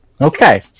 Okay